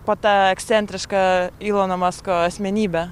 po ta ekscentriška ylono masko asmenybe